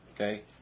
Okay